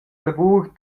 lavur